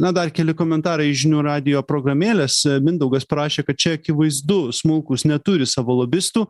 na dar keli komentarai iš žinių radijo programėlės mindaugas prašė kad čia akivaizdu smulkūs neturi savo lobistų